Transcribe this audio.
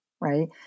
right